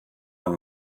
und